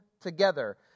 together